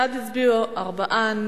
בעד הצביעו ארבעה,